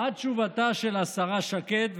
מה תשובתה של השרה שקד?